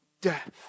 Death